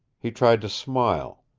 he tried to smile.